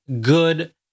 good